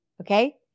Okay